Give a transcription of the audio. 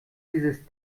dieses